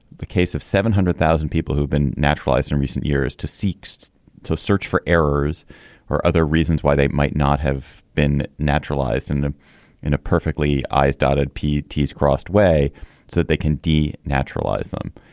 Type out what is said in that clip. the case of seven hundred thousand people who've been naturalized in recent years to seeks to search for errors or other reasons why they might not have been naturalized and in a perfectly i's dotted t's crossed way so that they can d naturalized them.